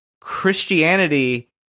christianity